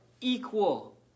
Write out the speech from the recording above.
equal